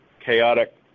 chaotic